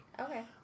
Okay